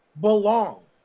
belong